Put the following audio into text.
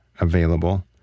available